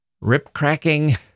rip-cracking